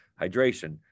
hydration